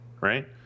right